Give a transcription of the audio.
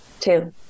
two